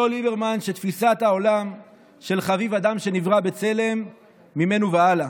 אותו ליברמן שתפיסת העולם של חביב אדם שנברא בצלם ממנו והלאה.